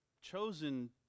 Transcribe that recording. chosen